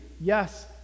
Yes